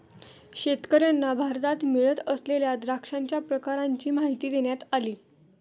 शेतकर्यांना भारतात मिळत असलेल्या द्राक्षांच्या प्रकारांची माहिती देण्यात आली